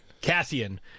Cassian